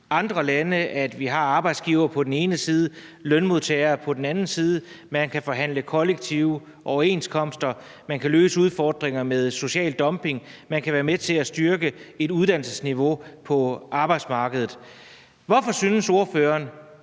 andre lande, nemlig at vi har arbejdsgivere på den ene side og lønmodtagere på den anden side, at man kan forhandle kollektive overenskomster og løse udfordringer med social dumping, og at man kan være med til at styrke uddannelsesniveauet på arbejdsmarkedet. Hvorfor synes ordføreren